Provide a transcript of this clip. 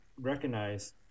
recognize